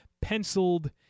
penciled